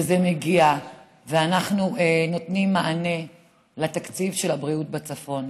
שזה מגיע ואנחנו נותנים מענה לתקציב של הבריאות בצפון,